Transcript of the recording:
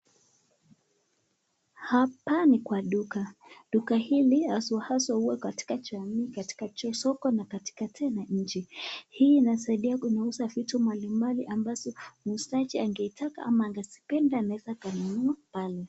Hapa ni kwa duka duka hili haswa haswa huwa katika jamii katika juu soka na katika tena inchi. Hii inasaidia kungeuza vitu mali mali ambazo muuzaji angetaka ama angezipenda anaeza kununua pale